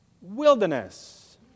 Wilderness